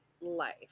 life